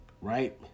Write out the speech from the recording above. Right